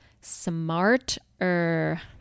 smarter